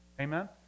Amen